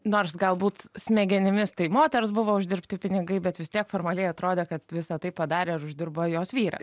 nors galbūt smegenimis tai moters buvo uždirbti pinigai bet vis tiek formaliai atrodė kad visa tai padarė ar uždirba jos vyras